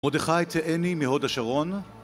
מרדכי צעני מהוד השרון